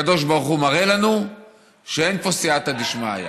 הקדוש ברוך הוא מראה לנו שאין פה סיעתא דשמיא,